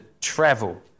travel